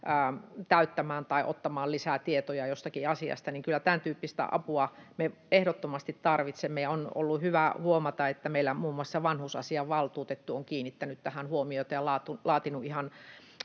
täyttämään tai ottamaan lisää tietoja jostakin asiasta. Kyllä tämäntyyppistä apua me ehdottomasti tarvitsemme, ja on ollut hyvä huomata, että meillä muun muassa vanhusasiavaltuutettu on kiinnittänyt tähän huomiota ja laatinut ihan